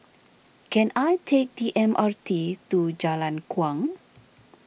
can I take the M R T to Jalan Kuang